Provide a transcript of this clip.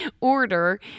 order